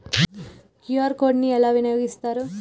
QR code ని ఎలా వినియోగిస్తారు?